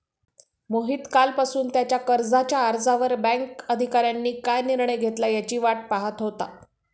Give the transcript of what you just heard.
मोहित कालपासून त्याच्या कर्जाच्या अर्जावर बँक अधिकाऱ्यांनी काय निर्णय घेतला याची वाट पाहत होता